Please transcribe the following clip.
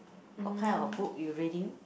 what kind of book you reading